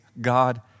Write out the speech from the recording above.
God